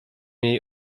jej